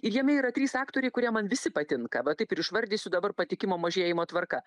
ir jame yra trys aktoriai kurie man visi patinka va taip ir išvardysiu dabar patikimo mažėjimo tvarka